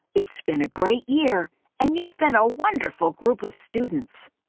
it's been a great year and you've been a wonderful group of students.